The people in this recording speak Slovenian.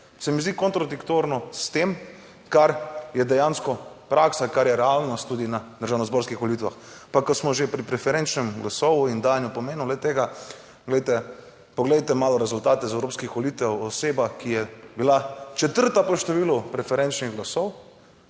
se mi zdi kontradiktorno s tem, kar je dejansko praksa, kar je realnost tudi na državnozborskih volitvah. Pa, ko smo že pri preferenčnem glasov in dajanju pomenov le tega. Poglejte malo rezultate z evropskih volitev, oseba, ki je bila četrta po številu preferenčnih glasov